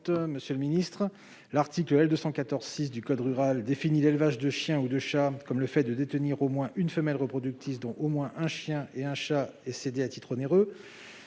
code rural et de la pêche maritime définit l'élevage de chiens ou de chats comme le fait de détenir au moins une femelle reproductrice, dont au moins un chien et un chat est cédé à titre onéreux.